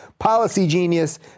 Policygenius